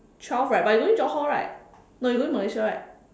twelve right but you going Johor right no you going Malaysia right